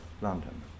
London